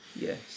Yes